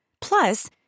Plus